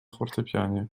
fortepianie